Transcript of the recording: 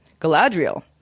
Galadriel